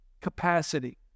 capacity